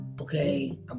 Okay